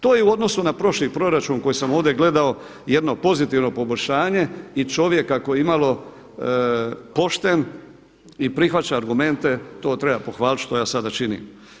To je u odnosu na prošli proračun koji sam ovdje gledao jedno pozitivno poboljšanje i čovjek ako je imalo pošten i prihvaća argumente to treba pohvaliti što ja sada činim.